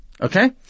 Okay